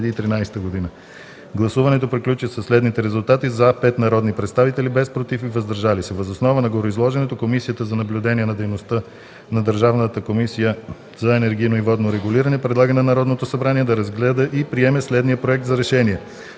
Гласуването приключи със следните резултати: „за“ – 5 народни представители, без „против“ и „въздържали се“. Въз основа на гореизложеното Комисията за наблюдение на дейността на Държавната комисия за енергийно и водно регулиране предлага на Народното събрание да разгледа и приеме следния Проект за РЕШЕНИЕ